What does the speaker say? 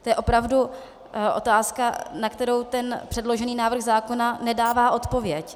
To je opravdu otázka, na kterou předložený návrh zákona nedává odpověď.